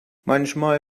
manchmal